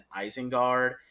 Isengard